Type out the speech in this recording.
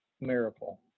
miracle